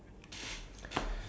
okay